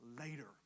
later